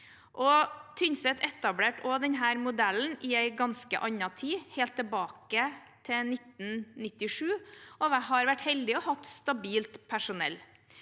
Tynset etablerte også denne modellen i en ganske annen tid, helt tilbake i 1997, og har vært heldige og hatt stabilt personell.